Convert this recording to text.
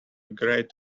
great